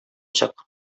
чык